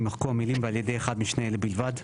יימחקו המילים 'ועל ידי אחד משני אלה בלבד'.